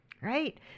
right